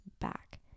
back